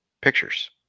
pictures